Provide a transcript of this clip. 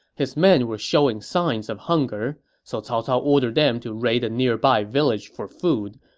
his men were showing signs of hunger, so cao cao ordered them to raid a nearby village for food.